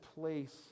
place